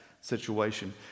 situation